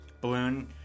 balloon